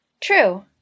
True